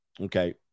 okay